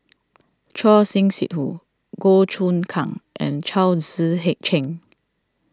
Choor Singh Sidhu Goh Choon Kang and Chao Tzee hey Cheng